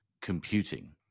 computing